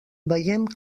veiem